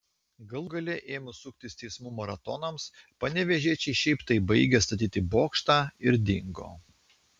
galų gale ėmus suktis teismų maratonams panevėžiečiai šiaip taip baigė statyti bokštą ir dingo